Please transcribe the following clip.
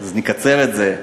נקצר את זה.